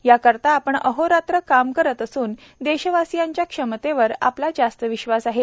याकरता आपण अहोरात्र काम करत असून देशवासियांच्या क्षमतेवर आपला जास्त विश्वास आहे